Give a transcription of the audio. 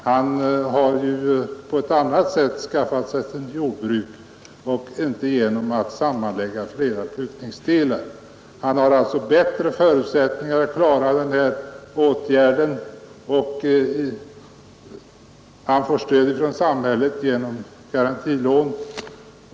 Han har skaffat sig sitt jordbruk på ett annat sätt än genom sammanläggning av flera brukningsdelar. Han har alltså bättre förutsättningar att klara denna åtgärd, och han får stöd från samhället genom garantilån.